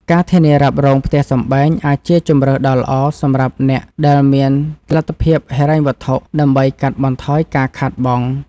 ការធានារ៉ាប់រងផ្ទះសម្បែងអាចជាជម្រើសដ៏ល្អសម្រាប់អ្នកដែលមានលទ្ធភាពហិរញ្ញវត្ថុ ដើម្បីកាត់បន្ថយការខាតបង់។